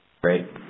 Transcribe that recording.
Great